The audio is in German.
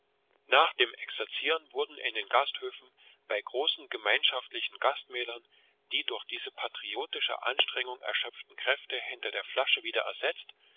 nach dem exerzieren wurden in gasthöfen bei großen gemeinschaftlichen gastmählern die durch diese patriotische anstrengung erschöpften kräfte hinter der flasche wieder ersetzt